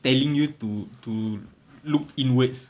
telling you to to look inwards